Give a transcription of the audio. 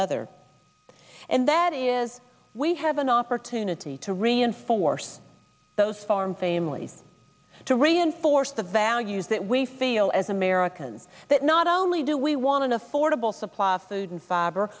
other and that is we have an opportunity to reinforce those farm families to reinforce the values that we feel as americans that not only do we want an affordable supply of food and fib